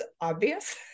obvious